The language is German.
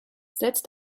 setzt